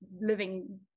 living